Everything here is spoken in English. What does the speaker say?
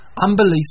Unbelief